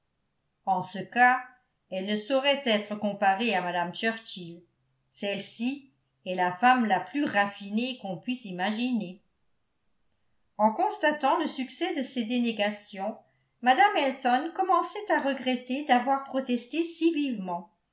en ce cas elle ne saurait être comparée à mme churchill celle-ci est la femme la plus raffinée qu'on puisse imaginer en constatant le succès de ses dénégations mme elton commençait à regretter d'avoir protesté si vivement